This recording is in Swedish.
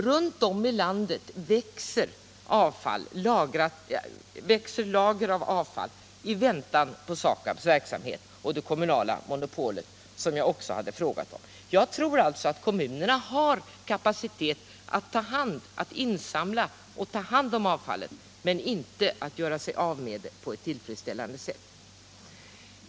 Runt om i landet växer lager av avfall i väntan på SAKAB:s verksamhet — och det kommunala monopolet, som jag också hade frågat om. Jag tror alltså att kommunerna har kapacitet att insamla och ta hand om avfallet men inte att göra sig av med det på ett tillfredsställande sätt.